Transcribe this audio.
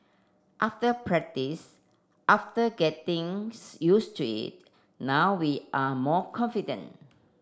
after practice after getting use to it now we are more confident